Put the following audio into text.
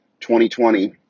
2020